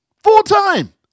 Full-time